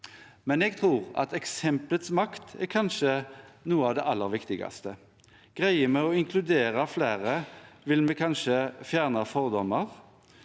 men jeg tror at eksempelets makt kanskje er noe av det aller viktigste. Greier vi å inkludere flere, vil vi kanskje fjerne fordommer.